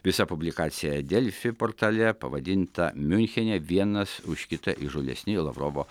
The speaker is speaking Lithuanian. visa publikacija delfi portale pavadinta miunchene vienas už kitą įžūlesni lavrovo